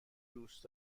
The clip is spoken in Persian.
دوست